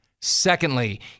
Secondly